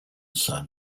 son